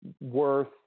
worth